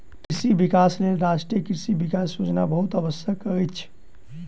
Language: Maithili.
कृषि विकासक लेल राष्ट्रीय कृषि विकास योजना बहुत आवश्यक अछि